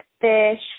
fish